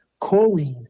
choline